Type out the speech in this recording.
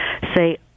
say